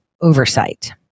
oversight